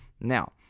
Now